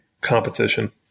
competition